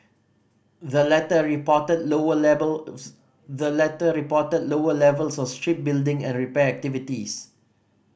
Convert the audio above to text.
the latter reported lower levels the latter reported lower levels of shipbuilding and repair activities